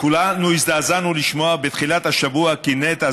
כולנו הזדעזענו לשמוע בתחילת השבוע כי נטע,